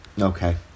Okay